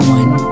one